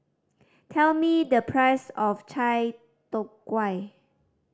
tell me the price of Chai Tow Kuay